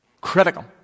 Critical